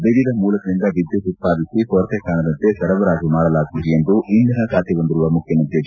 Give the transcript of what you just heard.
ವಿವಿಧ ಮೂಲಗಳಿಂದ ವಿದ್ಯುತ್ ಉತ್ಪಾದಿಸಿ ಕೊರತೆ ಕಾಡದಂತೆ ಸರಬರಾಜು ಮಾಡಲಾಗುವುದು ಎಂದು ಇಂಧನ ಖಾತೆ ಹೊಂದಿರುವ ಮುಖ್ಯಮಂತ್ರಿ ಎಚ್